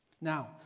Now